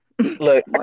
Look